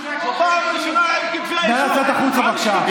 נא לצאת החוצה, בבקשה.